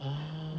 ah